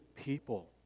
people